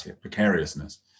precariousness